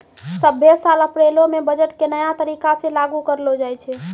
सभ्भे साल अप्रैलो मे बजट के नया तरीका से लागू करलो जाय छै